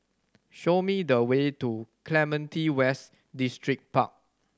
show me the way to Clementi West Distripark